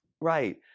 right